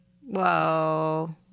Whoa